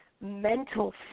mental